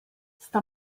sta